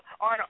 on –